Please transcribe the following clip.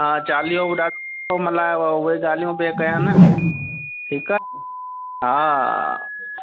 हा चालीहो बि ॾाढो सुठो मनायो वियो उहे ॻाल्हियूं पिए कयनि ठीकु आहे न हा